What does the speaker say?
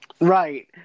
Right